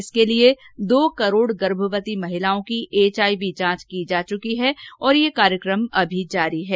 इसके लिए दो करोड गर्भवती महिलाओं की एचआईवी जांच की जा चुकी है और यह कार्यक्रम अभी जारी है